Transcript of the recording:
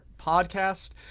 podcast